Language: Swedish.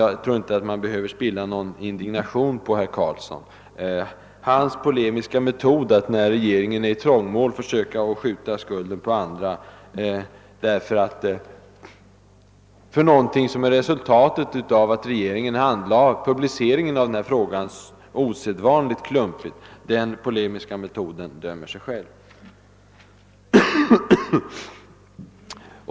Jag tror inte att man behöver spilla någon indignation på herr Carlsson; hans polemiska metod att när regeringen är i trångmål försöka skjuta skulden på andra — i detta fall för någonting som var resultatet av att regeringen handlagt publiceringen av denna fråga osedvanligt klumpigt — dömer sig själv.